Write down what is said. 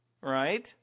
right